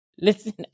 Listen